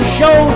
Show